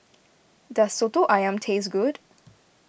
does Soto Ayam taste good